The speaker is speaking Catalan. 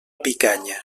picanya